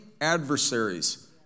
adversaries